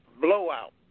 blowout